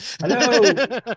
hello